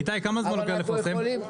כמה זמן לוקח לפרסם?